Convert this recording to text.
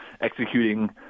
executing –